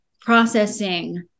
processing